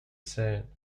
said